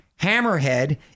Hammerhead